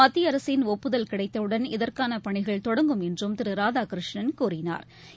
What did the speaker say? மத்தியஅரசின் ஒப்புதல் கிடைத்தவுடன் இதற்கானபனிகள் தொடங்கும் என்றும் திருராதாகிருஷ்ணன் கூறினா்